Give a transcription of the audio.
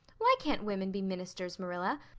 why can't women be ministers, marilla?